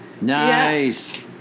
Nice